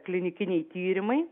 klinikiniai tyrimai